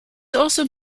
also